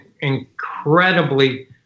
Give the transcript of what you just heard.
incredibly